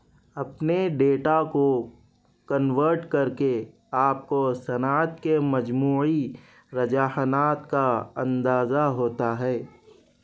اپنے ڈیٹا کو کنورٹ کر کے آپ کو صنعت کے مجموعی رجاحنات کا اندازہ ہوتا ہے